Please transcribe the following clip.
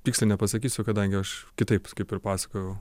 tiksliai nepasakysiu kadangi aš kitaip kaip ir pasakojau